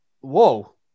Whoa